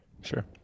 sure